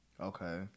Okay